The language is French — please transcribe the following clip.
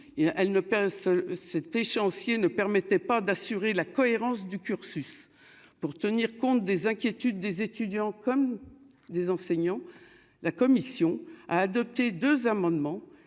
seul cet échéancier ne permettait pas d'assurer la cohérence du cursus pour tenir compte des inquiétudes des étudiants comme des enseignants, la commission a adopté 2 amendements